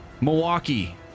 Milwaukee